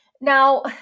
Now